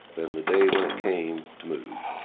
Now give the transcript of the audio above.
then the day when it came to move,